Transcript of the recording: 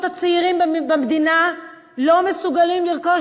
הזוגות הצעירים במדינה לא מסוגלים לרכוש